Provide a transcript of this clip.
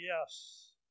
yes